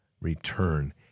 return